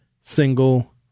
single